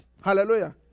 Hallelujah